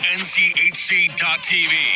nchc.tv